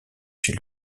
chez